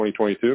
2022